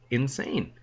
insane